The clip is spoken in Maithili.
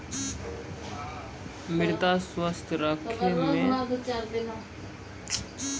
मृदा स्वास्थ्य राखै मे प्रकृतिक खाद रो उपयोग करलो जाय छै